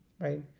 right